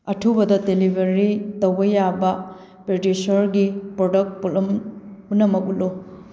ꯑꯊꯨꯕꯗ ꯗꯦꯂꯤꯚꯔꯤ ꯇꯧꯕ ꯌꯥꯕ ꯄꯦꯗꯤꯁꯣꯔꯒꯤ ꯄ꯭ꯔꯗꯛ ꯄꯨꯝꯅꯃꯛ ꯎꯠꯂꯨ